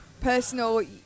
personal